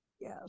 Yes